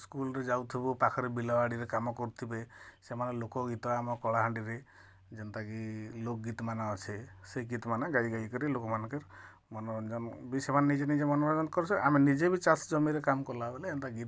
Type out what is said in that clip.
ସ୍କୁଲରେ ଯାଉଥିବୁ ପାଖରେ ବିଲବାଡ଼ିରେ କାମ କରୁଥିବେ ସେମାନେ ଲୋକ ଗୀତ ଆମ କଳାହାଣ୍ଡିରେ ଯେନ୍ତାକି ଲୋକ୍ ଗୀତା ମାନେ ଅଛେ ସେଇ ଗୀତ ମାନେ ଗାଇ ଗାଇ କରି ଲୋକମାନ୍କେ କର ମନୋରଞ୍ଜନ ବି ସେମାନେ ନିଜେ ନିଜେ ମନୋରଞ୍ଜନ କରୁଥିବେ ଆମେ ନିଜେ ବି ଚାଷ ଜମିରେ କାମ୍ କଳାବେଳେ ଏନ୍ତା ଗୀତ ଗୁଡ଼ା ଗାଇ କରି